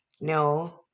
No